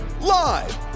live